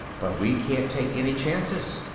but we can't take any chances.